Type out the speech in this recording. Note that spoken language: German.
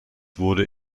wurde